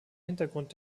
hintergrund